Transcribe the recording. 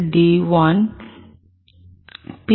D 1 B